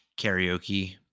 karaoke